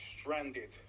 stranded